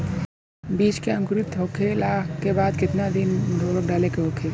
बिज के अंकुरित होखेला के कितना दिन बाद उर्वरक डाले के होखि?